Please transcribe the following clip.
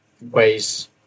ways